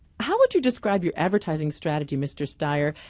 how would you describe your advertising strategy, mr. steyer?